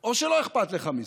או שלא אכפת לך מזה.